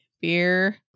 beer